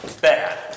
bad